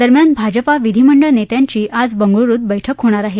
दरम्यान भाजपा विधीमंडळ नेत्यांची आज बंगळुरुत बैठक होणार आहे